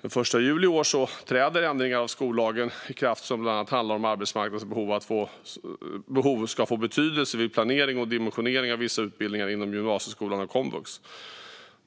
Den 1 juli i år träder ändringar av skollagen i kraft som bland annat handlar om att arbetsmarknadens behov ska få betydelse vid planering och dimensionering av vissa utbildningar inom gymnasieskolan och komvux.